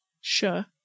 Sure